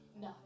No